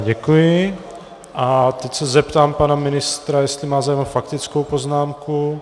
Děkuji a teď se zeptám pana ministra, jestli má zájem o faktickou poznámku.